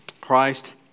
Christ